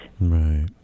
Right